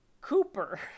Cooper